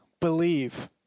believe